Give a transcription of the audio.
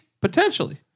Potentially